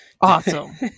Awesome